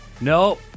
No